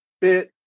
bit